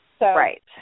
Right